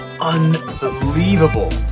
unbelievable